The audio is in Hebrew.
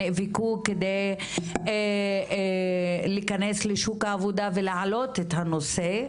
נאבקו כדי להיכנס לשוק העבודה כדי להעלות את הנושא.